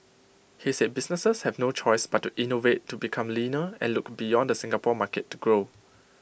he said businesses have no choice but to innovate to become leaner and look beyond the Singapore market to grow